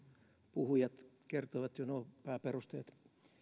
puhujat kertoivat jo pääperusteet